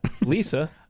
Lisa